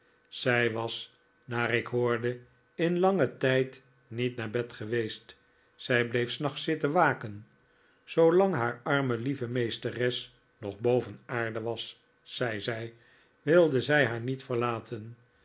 zij was naar ik hoorde in langen tijd niet naar bed geweest zij bleef s nachts zitten waken zoolang haar arme lieve meesteres nog boven aarde was zei zij wilde zij haar niet verlaten